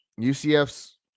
UCF's